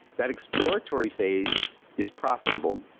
that exploratory phase is profitable.